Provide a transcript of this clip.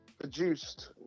produced